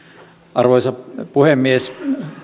arvoisa puhemies